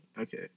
Okay